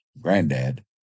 Granddad